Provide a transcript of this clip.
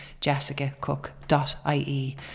jessicacook.ie